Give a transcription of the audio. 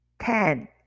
ten